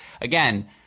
again